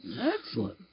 Excellent